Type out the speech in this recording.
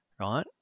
right